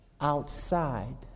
outside